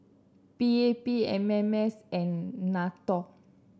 P A P M M S and NATO